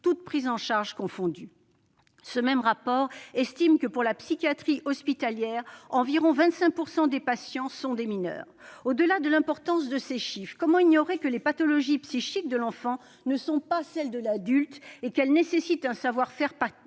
toutes prises en charge confondues. Ils estimaient même que 25 % des patients de la psychiatrie hospitalière étaient des mineurs. Au-delà de l'importance de ces chiffres, comment ignorer que les pathologies psychiques de l'enfant ne sont pas celles de l'adulte et qu'elles nécessitent un savoir-faire particulier